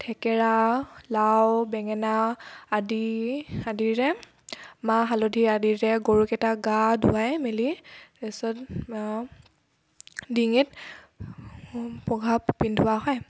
থেকেৰা লাও বেঙেনা আদি আদিৰে মাহ হালধি আদিৰে গৰুকেইটা গা ধুৱাই মেলি তাৰপিছত ডিঙিত পঘা পিন্ধোৱা হয়